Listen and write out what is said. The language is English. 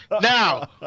Now